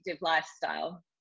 lifestyle